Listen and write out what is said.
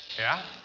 yeah?